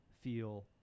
feel